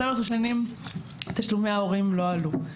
12 שנים תשלומי ההורים לא עלו.